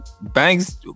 Bank's